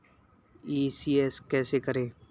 ECS कैसे करें?